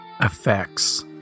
effects